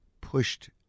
pushed